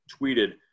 tweeted